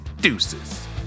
deuces